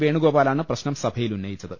വേണുഗോപാലാണ് പ്രശ്നം സഭയിൽ ഉന്നയിച്ചത്